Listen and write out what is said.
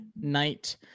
night